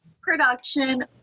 production